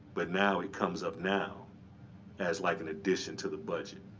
but now it comes up now as like an addition to the budget.